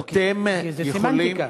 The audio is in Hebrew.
אתם יכולים לא, כי זו סמנטיקה.